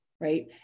Right